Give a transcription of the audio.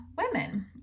women